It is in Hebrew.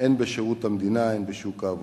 הן בשירות המדינה והן בשוק העבודה.